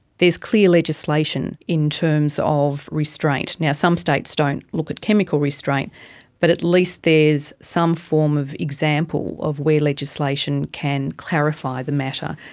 there's clear legislation in terms of restraint. and yeah some states don't look at chemical restraint but at least there's some form of example of where legislation can clarify the matter.